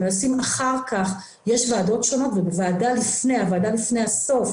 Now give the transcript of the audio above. אחר כך יש ועדות שונות ובוועדה לפני הסוף,